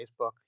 Facebook